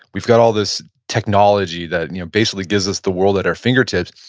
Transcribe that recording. we've got all this technology that and you know basically gives us the world at our fingertips.